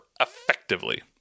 effectively